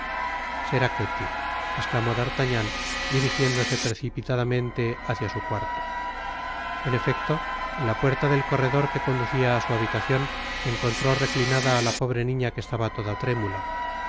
será ketty esclamó d'artagnan dirijiéndose precipitadamente hacia su cuarto en efecto en la puerta del corredor que conducia á su habitacion encontró reclinada á la pobre niña que estaba toda trémula en